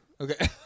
okay